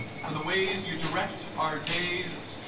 for the ways you direct our days,